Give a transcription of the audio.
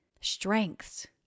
strengths